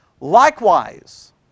Likewise